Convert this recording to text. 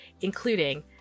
including